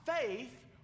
faith